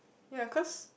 ya of course